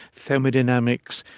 thermodynamics,